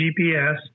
GPS